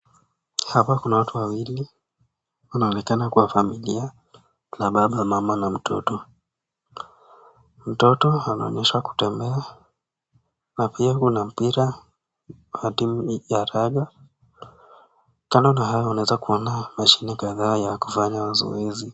Hapa kuna watu wawili, inaonekana kuwa familia, kuna baba, mama, na mtoto. Mtoto anaonyeshwa kutembea, na pia kuna mpira, la timu ya raga, kando na hayo naweza kuona mashini kadhaa ya kufanya zoezi.